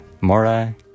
Mora